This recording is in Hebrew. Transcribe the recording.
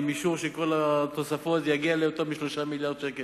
ועם אישור של כל התוספות זה יגיע ליותר מ-3 מיליארדי שקלים.